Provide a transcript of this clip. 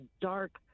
dark